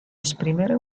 esprimere